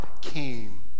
came